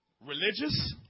Religious